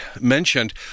mentioned